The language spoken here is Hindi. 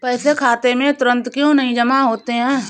पैसे खाते में तुरंत क्यो नहीं जमा होते हैं?